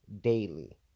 Daily